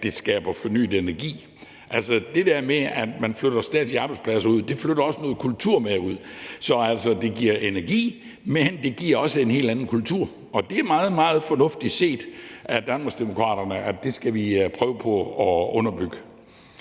det skaber fornyet energi. I forbindelse med at man flytter statslige arbejdspladser ud, flyttes der også noget kultur med ud. Så det giver energi, men det giver også en helt anden kultur, og det er meget, meget fornuftigt set af Danmarksdemokraterne, at det skal vi prøve på at underbygge.